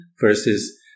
verses